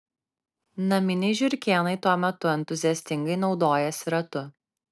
naminiai žiurkėnai tuo metu entuziastingai naudojasi ratu